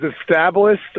established